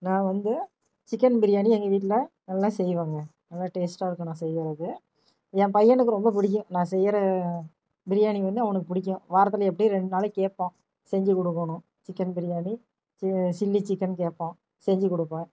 நான் வந்து சிக்கன் பிரியாணி எங்கள் வீட்டில் நல்லா செய்வேங்க நல்லா டேஸ்ட்டாக இருக்கும் நான் செய்கிறது என் பையனுக்கு ரொம்ப பிடிக்கும் நான் செய்கிற பிரியாணி வந்து அவனுக்கு பிடிக்கும் வாரத்தில் எப்படியும் ரெண்டு நாளைக்கு கேட்பான் செஞ்சுக் கொடுக்கணும் சிக்கன் பிரியாணி சி சில்லி சிக்கன் கேட்பான் செஞ்சுக் கொடுப்போம்